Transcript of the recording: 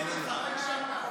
אוהבים אותך.